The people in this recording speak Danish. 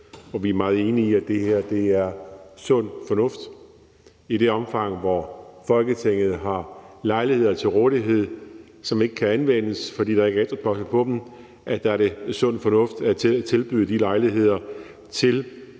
Vi er meget enige i, at det her er sund fornuft. I det omfang, Folketinget har lejligheder til rådighed, som ikke kan anvendes, fordi der ikke er efterspørgsel på dem, er det sund fornuft at tilbyde de lejligheder i